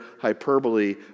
hyperbole